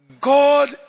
God